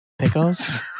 Pickles